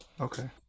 Okay